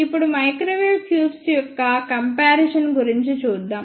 ఇప్పుడు microwave tubes యొక్క comparison గురించి చూద్దాం